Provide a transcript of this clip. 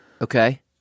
Okay